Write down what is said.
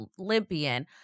Olympian